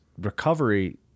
recovery